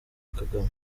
kagame